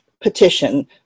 petition